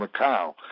Macau